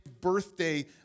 birthday